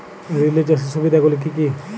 Relay চাষের সুবিধা গুলি কি কি?